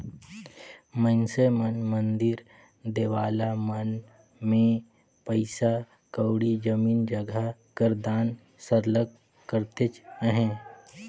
मइनसे मन मंदिर देवाला मन में पइसा कउड़ी, जमीन जगहा कर दान सरलग करतेच अहें